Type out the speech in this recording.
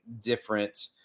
different